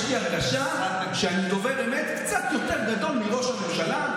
יש לי הרגשה שאני דובר אמת קצת יותר גדול מראש הממשלה,